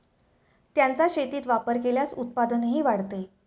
त्यांचा शेतीत वापर केल्यास उत्पादनही वाढते